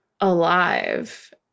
alive